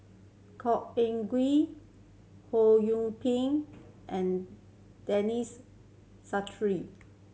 Khor Ean Ghee Ho Ping and Denis